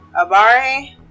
Abare